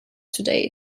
today